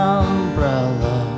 umbrella